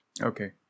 Okay